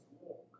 walk